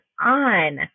on